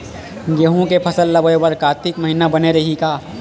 गेहूं के फसल ल बोय बर कातिक महिना बने रहि का?